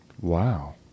Wow